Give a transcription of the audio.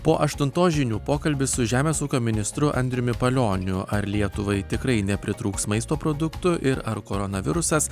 po aštuntos žinių pokalbis su žemės ūkio ministru andriumi palioniu ar lietuvai tikrai nepritrūks maisto produktų ir ar koronavirusas